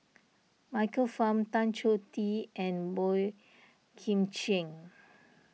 Michael Fam Tan Choh Tee and Boey Kim Cheng